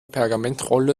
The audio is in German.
pergamentrolle